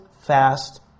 fast